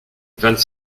vingt